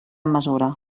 mesura